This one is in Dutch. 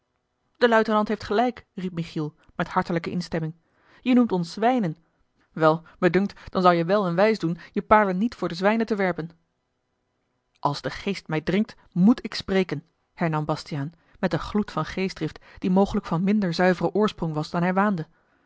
de luitenant heeft gelijk riep michiel met hartelijke instemming je noemt ons zwijnen wel mij dunkt dan zou je wel en wijs doen je paarlen niet voor de zwijnen te werpen als de geest mij dringt moet ik spreken hernam bastiaan met een gloed van geestdrift die mogelijk van minder zuiveren oorsprong was dan hij waande